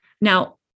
Now